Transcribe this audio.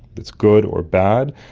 that's good or bad,